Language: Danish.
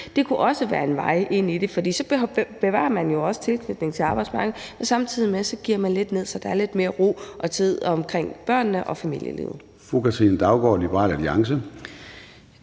Det kunne også være en vej ind i det, for så bevarer man jo også tilknytningen til arbejdsmarkedet, samtidig med at man gearer lidt ned, så der er lidt mere ro og tid omkring børnene og familielivet. Kl. 18:29 Formanden